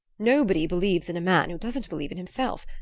nobody believes in a man who doesn't believe in himself,